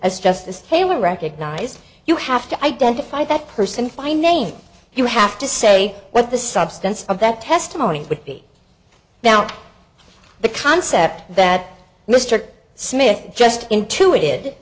as justice taylor recognized you have to identify that person fine name you have to say what the substance of that testimony would be now the concept that mr smith just int